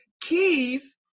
keys